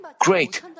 great